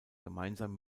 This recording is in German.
gemeinsam